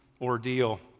ordeal